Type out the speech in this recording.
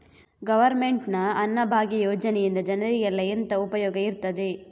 Government ನ ಅನ್ನಭಾಗ್ಯ ಯೋಜನೆಯಿಂದ ಜನರಿಗೆಲ್ಲ ಎಂತ ಉಪಯೋಗ ಇರ್ತದೆ?